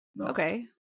Okay